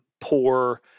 poor